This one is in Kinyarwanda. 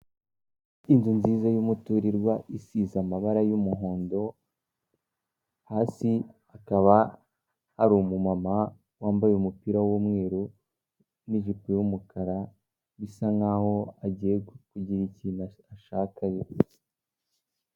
Inzu nziza y'umuturirwa isize amabara y'umuhondo, hasi hakaba hari umu mama wambaye umupira w'umweru n'ijipo y'umukara bisa nkaho agiye kugira ikintu ashakayo.